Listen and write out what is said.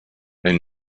elle